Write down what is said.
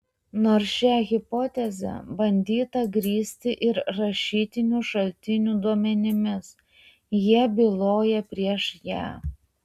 nors šią hipotezę bandyta grįsti ir rašytinių šaltinių duomenimis jie byloja prieš ją